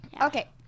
okay